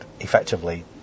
effectively